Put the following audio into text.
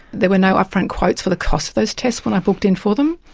there were no upfront quotes for the costs of those tests when i booked in for them.